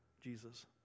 Jesus